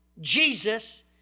Jesus